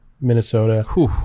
Minnesota